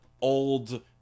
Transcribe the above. old